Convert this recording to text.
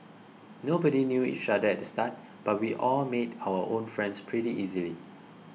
nobody knew each other at the start but we all made our own friends pretty easily